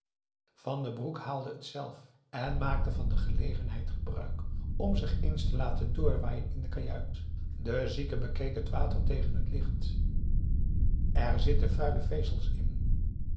van den broek haalde het zelf en maakte van de gelegenheid gebruik om zich eens te laten doorwaaien in de kajuit de zieke bekeek het water tegen het licht er zitten vuile vezels in